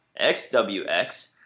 XWX